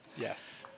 yes